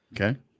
Okay